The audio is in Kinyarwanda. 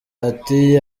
ati